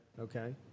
okay